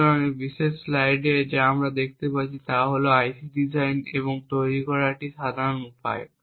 সুতরাং এই বিশেষ স্লাইডে আমরা যা দেখতে পাচ্ছি তা হল আইসি ডিজাইন এবং তৈরি করা একটি সাধারণ উপায়